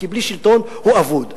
כי בלי שלטון הוא אבוד.